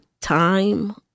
time